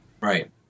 Right